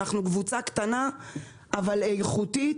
אנחנו קבוצה קטנה אבל איכותית.